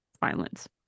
violence